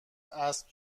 اسب